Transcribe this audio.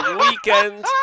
weekend